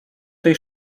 tej